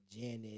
Janet